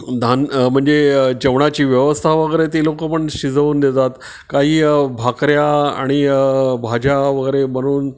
धान म्हणजे जेवणाची व्यवस्था वगैरे ती लोक पण शिजवून देतात काही भाकऱ्या आणि भाज्या वगैरे बनवून